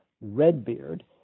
Redbeard